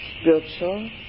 spiritual